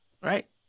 right